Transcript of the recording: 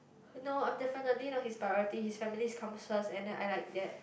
no I'm definitely not his priority his families comes first and then I like that